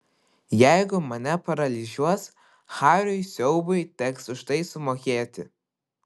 jeigu mane paralyžiuos hariui siaubui teks už tai sumokėti